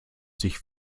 sich